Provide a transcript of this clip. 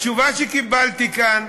התשובה שקיבלתי כאן: